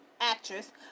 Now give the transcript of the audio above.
Actress